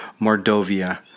Mordovia